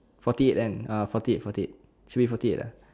forty eight and ah forty eight forty eight should be forty eight ah